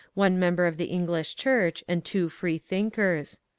one member of the english church, and two freethinkers.